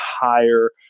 higher